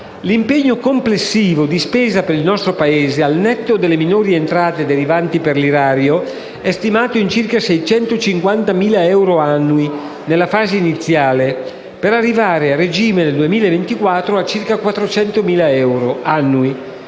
L'impegno complessivo di spesa per il nostro Paese, al netto delle minori entrate derivanti per l'erario, è stimato in circa 650.000 euro annui nella fase iniziale per arrivare, a regime, nel 2024, a circa 400.000 euro annui.